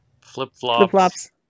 flip-flops